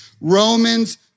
Romans